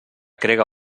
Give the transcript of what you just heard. crega